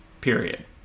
period